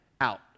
out